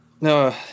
No